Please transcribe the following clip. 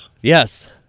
Yes